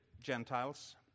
Gentiles